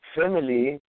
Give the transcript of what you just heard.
family